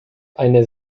eine